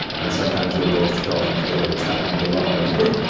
and sometimes we're both talking together, which happened a lot when